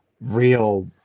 real